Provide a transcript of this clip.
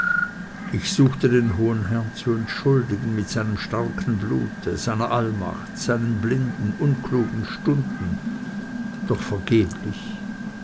ich suchte den hohen herrn zu entschuldigen mit seinem starken blute seiner allmacht seinen blinden unklugen stunden doch vergeblich